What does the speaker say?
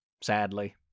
Sadly